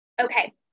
okay